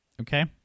okay